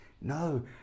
No